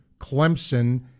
Clemson